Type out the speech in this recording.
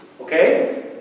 okay